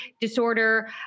disorder